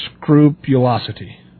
scrupulosity